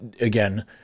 again